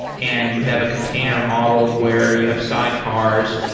and you have a container model where you have sidecars,